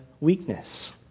weakness